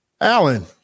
Alan